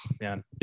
man